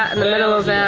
and the middle of